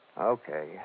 Okay